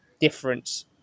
difference